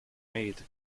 made